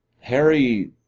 Harry